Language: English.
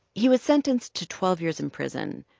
he was sentenced to twelve years in prison,